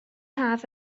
haf